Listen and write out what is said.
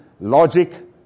logic